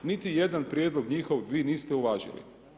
Niti jedan prijedlog njihov vi niste uvažili.